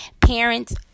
parents